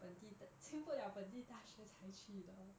本地的进不 liao 本地大学才去的